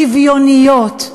שוויוניות.